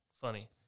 Funny